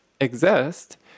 exist